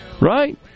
right